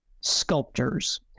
sculptors